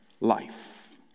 life